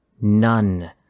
none